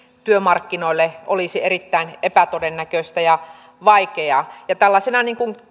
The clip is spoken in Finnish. työmarkkinoille olisi erittäin epätodennäköistä ja vaikeaa tällaisena